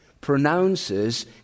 pronounces